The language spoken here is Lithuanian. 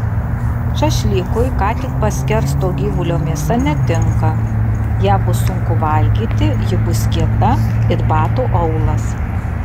šašlykui ką tik paskersto gyvulio mėsa netinka ją bus sunku valgyti ji bus kieta it bato aulas